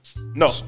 No